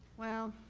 well,